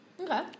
Okay